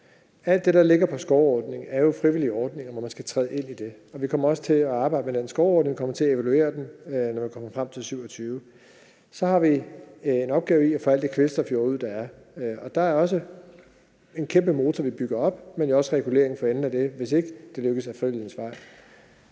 Alt det, der ligger i skovordningen, er jo frivillige ordninger, man skal træde ind i. Vi kommer også til at arbejde med den skovordning og kommer til at evaluere den, når vi kommer frem til 2027. Så har vi en opgave med at få al den kvælstofjord, der er, taget ud. Der er også en kæmpe motor, vi bygger op, men jo også regulering for enden af det, hvis ikke det lykkes ad frivillighedens vej.